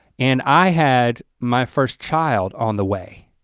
and i had my first child on the way.